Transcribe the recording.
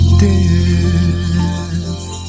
death